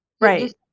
Right